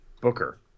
Booker